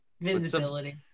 Visibility